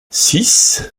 six